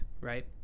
right